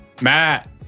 Matt